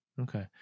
Okay